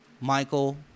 Michael